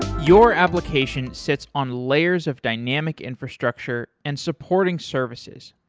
your application sits on layers of dynamic infrastructure and supporting services.